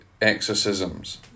exorcisms